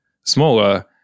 smaller